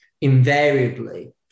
invariably